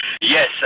Yes